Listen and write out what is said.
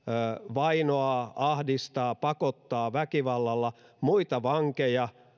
vainoaa ahdistaa pakottaa väkivallalla muita vankeja